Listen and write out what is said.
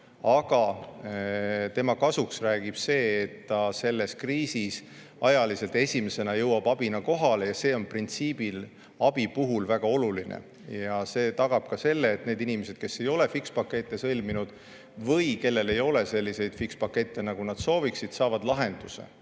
Aga tema kasuks räägib see, et selles kriisis jõuab ta ajaliselt esimese abina kohale ja see on abi puhul printsiibis väga oluline. See tagab ka selle, et need inimesed, kes ei ole fikspakette sõlminud või kellel ei ole selliseid fikspakette, nagu nad sooviksid, saavad lahenduse.